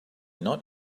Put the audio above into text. not